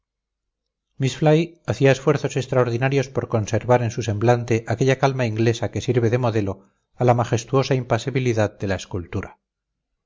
hacía esfuerzos extraordinarios por conservar en su semblante aquella calma inglesa que sirve de modelo a la majestuosa impasibilidad de la escultura